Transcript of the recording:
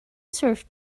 serve